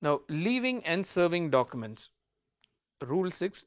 now, leaving and serving documents rule six